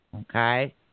Okay